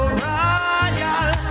royal